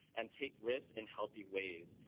and take risk in healthy ways.